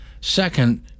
Second